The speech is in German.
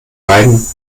beiden